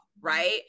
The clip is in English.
right